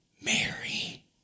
Mary